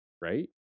right